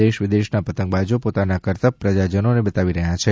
દેશ વિદેશના પતંગબાજો પોતાના કરતબ પ્રજાજનોને બતાવી રહ્યા છે